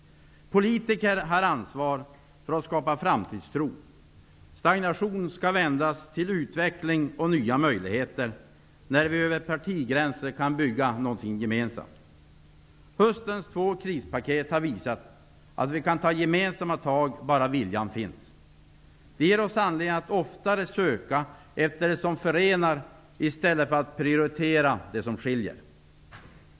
Politiker har ansvar för att skapa framtidstro. Stagnation skall vändas till utveckling och nya möjligheter, där vi över partigränserna kan bygga något gemensamt. Höstens två krispaket har visat att vi kan ta gemensamma tag bara viljan finns. Det ger oss anledning att oftare söka efter det som förenar i stället för att prioritera det som skiljer.